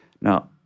Now